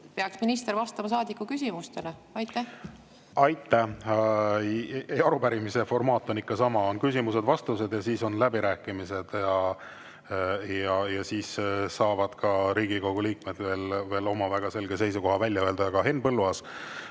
et minister peaks vastama saadiku küsimustele? Aitäh! Arupärimise formaat on ikka sama: on küsimused-vastused, siis on läbirääkimised ja siis saavad Riigikogu liikmed veel oma väga selge seisukoha välja öelda. Aga Henn Põlluaas,